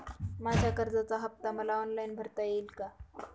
माझ्या कर्जाचा हफ्ता मला ऑनलाईन भरता येईल का?